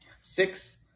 Six